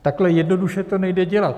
Takhle jednoduše to nejde dělat.